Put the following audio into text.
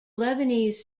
lebanese